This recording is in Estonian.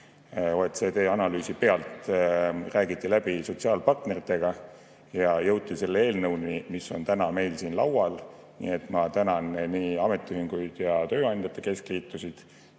OECD analüüsi põhjal räägiti läbi sotsiaalpartneritega ja jõuti selle eelnõuni, mis on täna meil siin laual. Nii et ma tänan nii ametiühinguid ja tööandjate keskliitusid